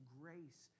grace